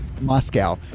Moscow